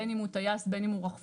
בין אם הוא טייס ובין אם הוא רחפן,